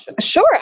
Sure